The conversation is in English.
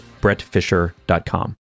brettfisher.com